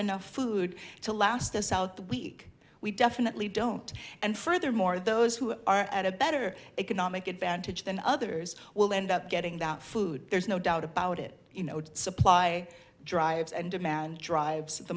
enough food to last us out that week we definitely don't and furthermore those who are at a better economic advantage than others will end up getting that food there's no doubt about it you know supply drives and demand drives the